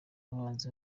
abanzi